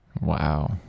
Wow